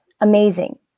Amazing